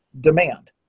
demand